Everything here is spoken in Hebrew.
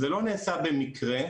זה לא נעשה במקרה,